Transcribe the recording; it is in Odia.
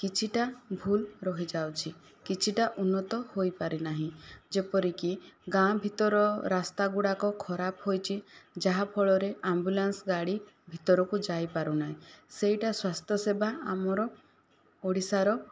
କିଛିଟା ଭୁଲ୍ ରହିଯାଉଛି କିଛିଟା ଉନ୍ନତ ହୋଇପାରିନାହିଁ ଯେପରିକି ଗାଁ ଭିତର ରାସ୍ତାଗୁଡ଼ାକ ଖରାପ ହୋଇଛି ଯାହାଫଳରେ ଆମ୍ବୁଲାନ୍ସ ଗାଡ଼ି ଭିତରକୁ ଯାଇପାରୁନାହିଁ ସେଇଟା ସ୍ୱାସ୍ଥ୍ୟ ସେବା ଆମର ଓଡ଼ିଶାର